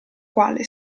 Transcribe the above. quale